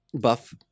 buff